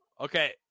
Okay